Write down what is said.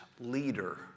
leader